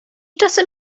czasem